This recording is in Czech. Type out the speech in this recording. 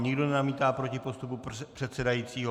Nikdo nenamítá proti postupu předsedajícího?